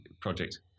project